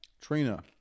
Trina